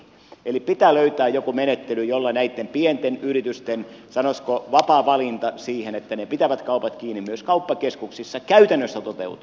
eli pitää löytää joku menettely jolla näitten pienten yritysten sanoisiko vapaa valinta siihen että ne pitävät kaupat kiinni myös kauppakeskuksissa käytännössä toteutuu